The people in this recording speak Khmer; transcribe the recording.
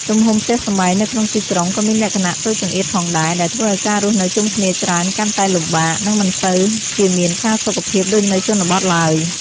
ទំហំផ្ទះសម្បែងនៅក្នុងទីក្រុងក៏មានលក្ខណៈតូចចង្អៀតផងដែរ ដែលធ្វើឱ្យការរស់នៅជុំគ្នាច្រើនកាន់តែលំបាក និងមិនសូវជាមានផាសុកភាពដូចនៅជនបទឡើយ។